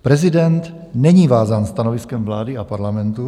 Prezident není vázán stanoviskem vlády a Parlamentu.